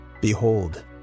Behold